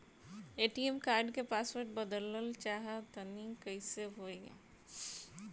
ATM card क password बदलल चाहा तानि कइसे होई?